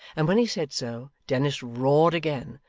and when he said so, dennis roared again,